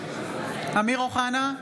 אמיר אוחנה,